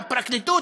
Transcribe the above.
בפרקליטות,